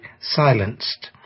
silenced